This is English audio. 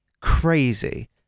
crazy